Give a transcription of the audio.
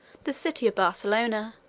the city of barcelona.